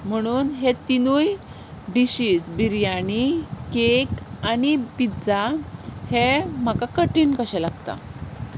म्हणून हे तिनूय डिशीज बिरयानी कॅक आनी पिज्जा हे म्हाका कठीण कशे लागता